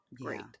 great